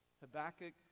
Habakkuk